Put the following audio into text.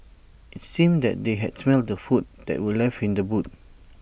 IT seemed that they had smelt the food that were left in the boot